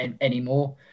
anymore